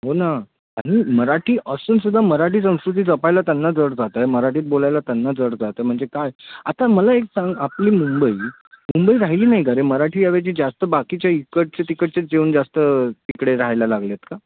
हो ना आणि मराठी असून सुद्धा मराठी संस्कृती जपायला त्यांना जड जात आहे मराठीत बोलायला त्यांना जड जात आहे म्हणजे काय आता मला एक सांग आपली मुंबई मुंबई राहिली नाही का रे मराठी या ऐवजी जास्त बाकीच्या इकडचे तिकडचेच येऊन जास्त तिकडे राहायला लागले आहेत का